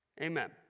Amen